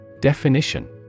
Definition